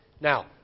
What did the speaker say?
Now